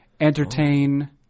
entertain